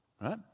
right